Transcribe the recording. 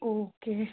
okay